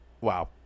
Wow